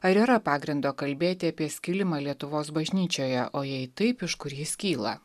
ar yra pagrindo kalbėti apie skilimą lietuvos bažnyčioje o jei taip iš kur jis kyla